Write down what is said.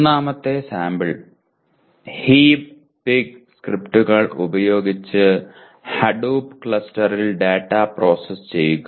മൂന്നാമത്തെ sample Hive Pig സ്ക്രിപ്റ്റുകൾ ഉപയോഗിച്ച് ഹഡൂപ്പ് ക്ലസ്റ്ററിൽ ഡാറ്റ പ്രോസസ്സ് ചെയ്യുക